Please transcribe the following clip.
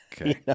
Okay